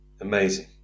amazing